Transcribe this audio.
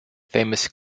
famous